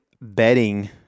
bedding